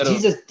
Jesus